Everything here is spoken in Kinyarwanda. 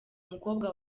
umukobwa